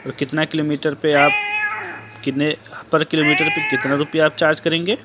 اور کتنا kilometre پہ آپ کتنے پر کلو میٹر پہ کتنا روپیہ آپ چارج کریں گے